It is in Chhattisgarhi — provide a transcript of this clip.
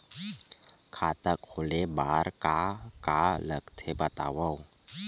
खाता खोले बार का का लगथे बतावव?